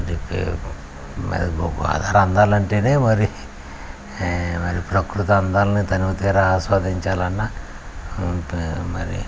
అదే మరి గోదారి అందాలు అంటేనే మరి ప్రకృతి అందాలని తనివి తీర ఆస్వాదించాలన్నా మరి